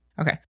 Okay